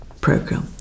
program